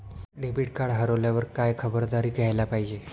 Debit card हरवल्यावर काय खबरदारी घ्यायला पाहिजे?